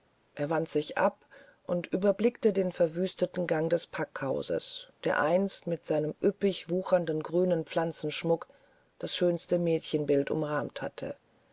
er wandte sich ab und überblickte den verwüsteten gang des packhauses der einst mit seinem üppig wuchernden grünen pflanzenschmuck das schönste mädchenbild umrahmt hatte